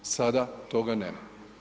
Sada toga nema.